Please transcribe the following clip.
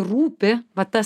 rūpi va tas